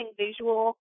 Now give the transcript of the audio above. visual